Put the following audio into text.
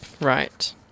Right